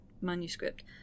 manuscript